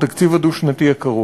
התקציב הדו-שנתי הקרוב.